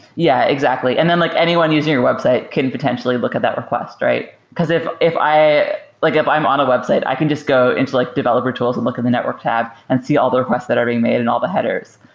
yeah, exactly. and then like anyone using your website can potentially look at that request, right? because if if like i'm on a website, i can just go into like developer tools and look in the network tab and see all the requests that are being made and all the headers.